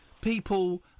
people